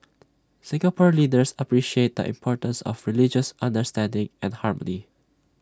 Singapore leaders appreciate the importance of religious understanding and harmony